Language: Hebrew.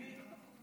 למי?